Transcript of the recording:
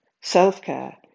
self-care